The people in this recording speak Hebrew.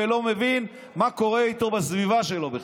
ולא מבין מה קורה בסביבה שלו בכלל.